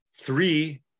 three